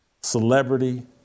celebrity